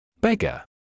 Beggar